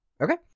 Okay